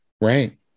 Right